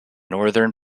northern